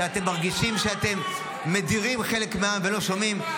שאתם מרגישים שאתם מדירים חלק מהעם ולא שומעים -- תן דוגמה.